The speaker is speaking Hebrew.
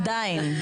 עדיין אין לכן.